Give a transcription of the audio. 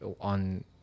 on